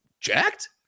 jacked